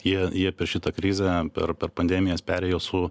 jie jie per šitą krizę per per pandemijas perėjo su